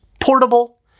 portable